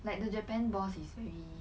like the japan boss is very